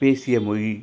பேசிய மொழி